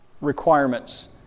requirements